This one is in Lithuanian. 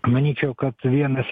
manyčiau kad vienas